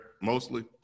mostly